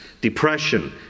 depression